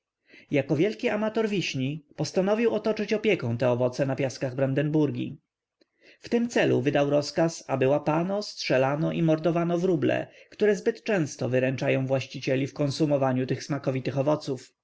jako wielki amator wiśni postanowił otoczyć opieką te owoce na piaskach brandeburgii w tym celu wydał rozkaz aby łapano strzelano i mordowano wróble które zbyt często wyręczają właścicieli w konsumowaniu tych smakowitych owoców